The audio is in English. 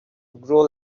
grow